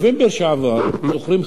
זוכרים חברי חברי הכנסת,